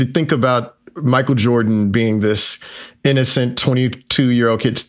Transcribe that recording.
think about michael jordan being this innocent twenty two year old kid,